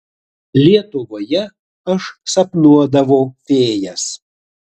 lietuvoje aš sapnuodavau fėjas